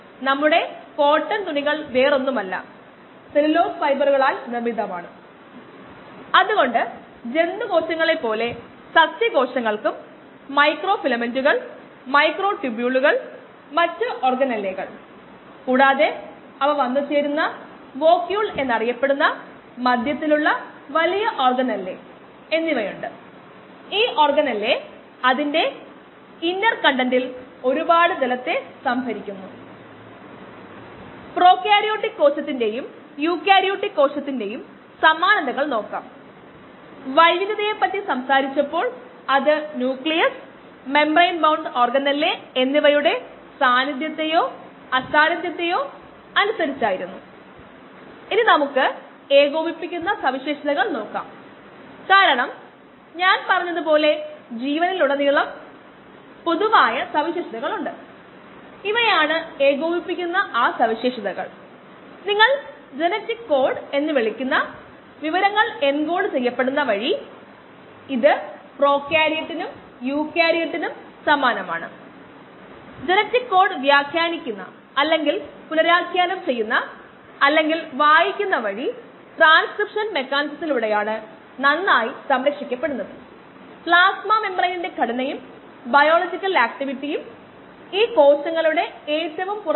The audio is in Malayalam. നമ്മൾ ലോഗ് ഫേസിൽ മാത്രം ശ്രദ്ധ കേന്ദ്രീകരിക്കുന്നതിനാൽ കാലതാമസ സമയം ഇവിടെ ശരിക്കും അപ്രസക്തമാണ്